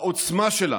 העוצמה שלנו,